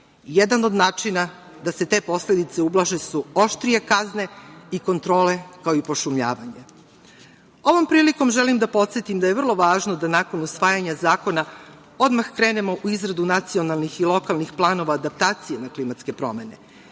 Jedan od načina da se te posledice ublaže jesu oštrije kazne i kontrole, kao i pošumljavanje. Ovom prilikom želim da podsetim da je vrlo važno da nakon usvajanja zakona odmah krenemo u izradu nacionalnih i lokalnih planova adaptacije na klimatske promene,